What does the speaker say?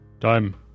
Time